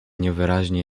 niewyraźnie